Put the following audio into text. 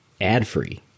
ad-free